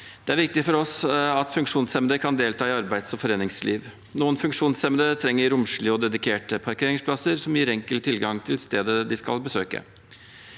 Det er viktig for oss at funksjonshemmede kan delta i arbeids- og foreningsliv. Noen funksjonshemmede trenger romslige og dedikerte parkeringsplasser som gir enkel tilgang til stedet de skal besøke.